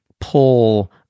pull